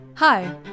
Hi